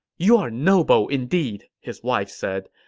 you are noble indeed! his wife said.